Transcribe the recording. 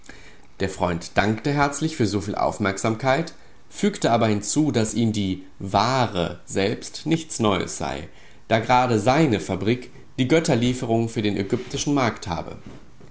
der freund dankte herzlich für so viel aufmerksamkeit fügte aber hinzu daß ihm die ware selbst nichts neues sei da gerade seine fabrik die götterlieferung für den ägyptischen markt habe